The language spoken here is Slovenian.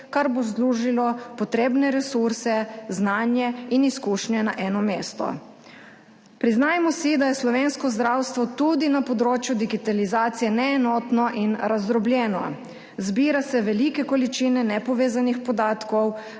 kar bo združilo potrebne resurse, znanje in izkušnje na eno mesto. Priznajmo si, da je slovensko zdravstvo tudi na področju digitalizacije neenotno in razdrobljeno. Zbira se velike količine nepovezanih podatkov,